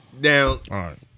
down